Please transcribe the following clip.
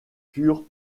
furent